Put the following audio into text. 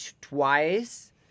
twice